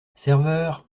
serveur